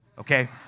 okay